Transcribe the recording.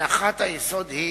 הנחת היסוד היא